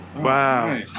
Wow